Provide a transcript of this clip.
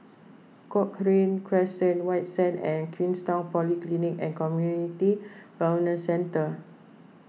Cochrane Crescent White Sands and Queenstown Polyclinic and Community Wellness Centre